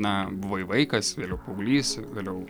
na buvai vaikas vėliau paauglys vėliau